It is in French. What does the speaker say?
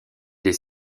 des